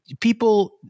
people